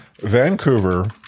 Vancouver